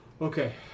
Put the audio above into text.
Okay